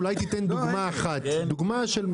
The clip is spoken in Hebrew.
אולי תיתן דוגמה אחת למחיר.